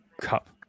cup